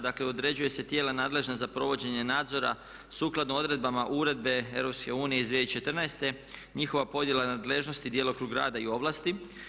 Dakle, određuju se tijela nadležna za provođenje nadzora sukladno odredbama Uredbe EU iz 2014. njihova podjela nadležnosti, djelokrug rada i ovlasti.